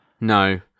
No